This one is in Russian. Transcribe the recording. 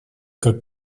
как